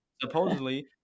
supposedly